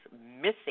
missing